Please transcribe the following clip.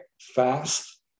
fast